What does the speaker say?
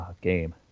game